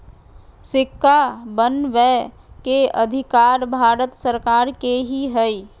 सिक्का बनबै के अधिकार भारत सरकार के ही हइ